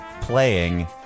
playing